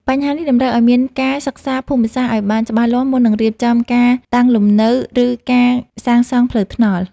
បញ្ហានេះតម្រូវឱ្យមានការសិក្សាភូមិសាស្ត្រឱ្យបានច្បាស់លាស់មុននឹងរៀបចំការតាំងទីលំនៅ ឬការសាងសង់ផ្លូវថ្នល់។